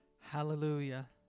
Hallelujah